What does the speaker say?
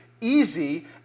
easy